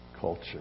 culture